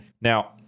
Now